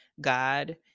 God